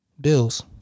Bills